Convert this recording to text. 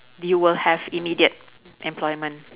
you will have immediate employment